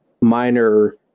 minor